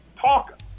talk